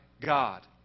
God